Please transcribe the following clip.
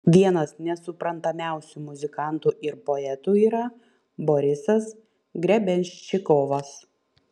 vienas nesuprantamiausių muzikantų ir poetų yra borisas grebenščikovas